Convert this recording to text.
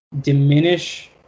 diminish